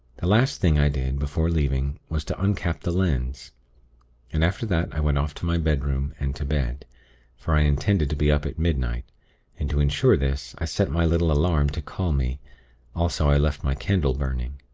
the last thing i did, before leaving, was to uncap the lens and after that i went off to my bedroom, and to bed for i intended to be up at midnight and to ensure this, i set my little alarm to call me also i left my candle burning.